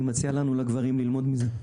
אני מציע לנו, לגברים, ללמוד מזה.